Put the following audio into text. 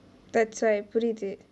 that's why புரிது:purithu